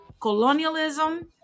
colonialism